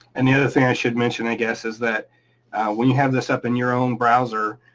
and the other thing i should mention, i guess, is that when you have this up in your own browser,